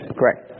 Correct